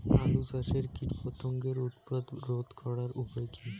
আলু চাষের কীটপতঙ্গের উৎপাত রোধ করার উপায় কী?